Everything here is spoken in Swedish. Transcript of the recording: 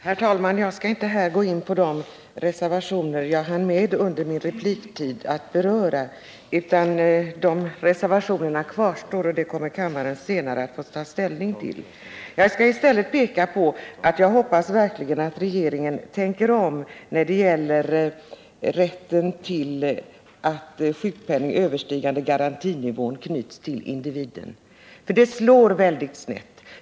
Herr talman! Jag skall inte gå in på de reservationer jag hann med att beröra under min repliktid. De reservationerna kvarstår, och kammaren kommer senare att få ta ställning till dem. Jag skall i stället påpeka att jag hoppas att regeringen tänker om när det gäller rätten att sjukpenning överstigande garantinivån knyts till individen, för detta slår väldigt snett.